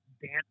dance